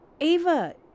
Ava